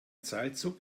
seilzug